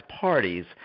parties